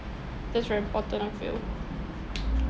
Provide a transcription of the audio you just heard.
that's very important I feel